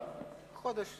חודש